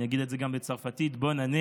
אני אגיד את זה גם בצרפתית: bonne année.